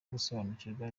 gusobanukirwa